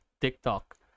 TikTok